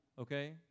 okay